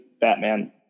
Batman